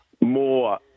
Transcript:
more